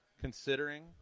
considering